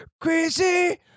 crazy